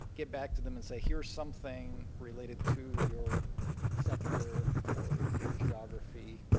get back to them and say here's some thing related to your sector or your geography.